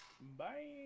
Bye